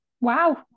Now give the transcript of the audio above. wow